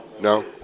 No